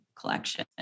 collection